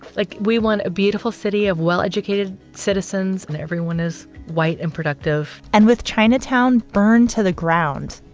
like we want a beautiful city of well-educated citizens and everyone is white and productive and with chinatown burned to the ground,